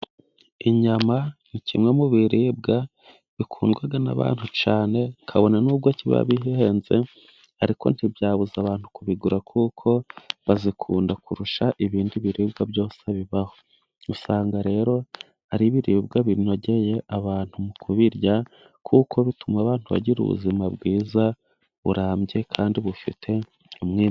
Inyama ni kimwe mu biribwa bikundwa n'abantu cyane kabone n'ubwo kiba bihenze ariko ntibyabuza abantu kubigura, kuko bazikunda kurusha ibindi biribwa byose bibaho. Usanga rero ari ibiribwa binogeye abantu mu kubirya kuko bituma abantu bagira ubuzima bwiza burambye kandi bufite umwi....